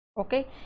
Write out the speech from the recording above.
okay